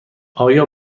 آیا